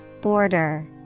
Border